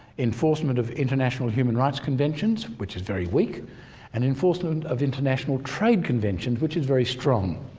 enforcement of international human rights conventions which is very weak and enforcement of international trade conventions which is very strong.